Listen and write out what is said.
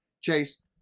Chase